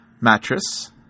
mattress